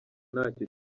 ntacyo